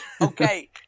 okay